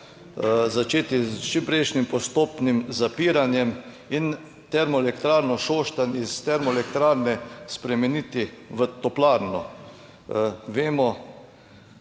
začeti s čimprejšnjim postopnim zapiranjem in Termoelektrarno Šoštanj iz termoelektrarne spremeniti v toplarno. Vemo,